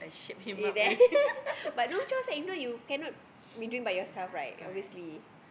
you there but no choice lah you cannot be ding by yourself obviously